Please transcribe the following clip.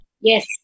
Yes